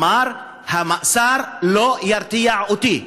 אמר: המאסר לא ירתיע אותי.